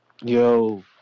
Yo